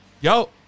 yo